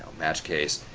match case,